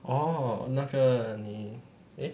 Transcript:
orh 那个你 eh